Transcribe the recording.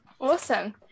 Awesome